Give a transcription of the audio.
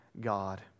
God